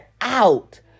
out